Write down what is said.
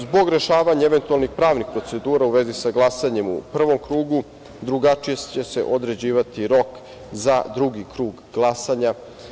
Zbog rešavanja eventualnih pravnih procedura u vezi sa glasanjem u prvom krugu, drugačije će se određivati rok za drugi krug glasanja.